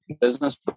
business